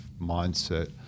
mindset